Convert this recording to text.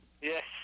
Yes